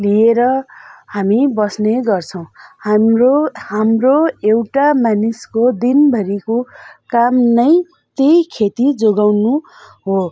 लिएर हामी बस्ने गर्छौँ हाम्रो हाम्रो एउटा मानिसको दिनभरिको काम नै त्यही खेती जोगाउनु हो